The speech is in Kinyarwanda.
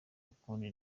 ukundi